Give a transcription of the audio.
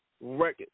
record